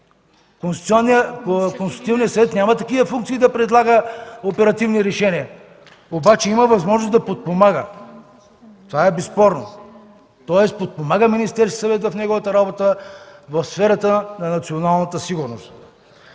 Конституционният съвет няма такива функции да предлага оперативни решения, обаче има възможност да подпомага. Това е безспорно. Тоест подпомага Министерският съвет в неговата работа в сферата на националната сигурност.